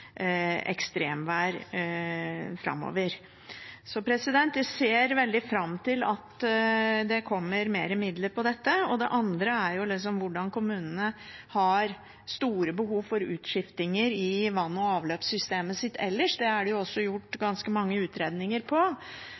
ekstremvær framover. Så jeg ser veldig fram til at det kommer mer midler til dette. Det andre er kommunenes store behov for utskiftinger i vann- og avløpssystemet sitt ellers, for det er det jo også gjort ganske mange utredninger